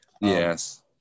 Yes